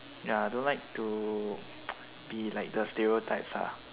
ya I don't like to be like the stereotypes ah